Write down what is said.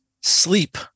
Sleep